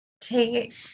take